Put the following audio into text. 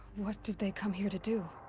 what did they come here to do?